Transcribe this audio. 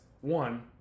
one